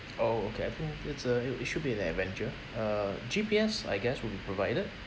oh okay I think it's uh it it should be an adventure uh G_P_S I guess will be provided